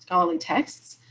all the texts.